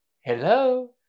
Hello